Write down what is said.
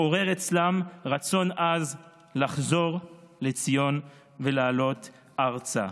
עורר אצלם רצון עז לחזור לציון ולעלות ארצה.